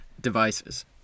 devices